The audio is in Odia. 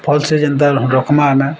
ଭଲ୍ସେ ଯେନ୍ତାର ରଖ୍ମା ଆମେ